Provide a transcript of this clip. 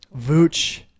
Vooch